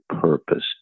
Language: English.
purpose